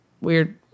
weird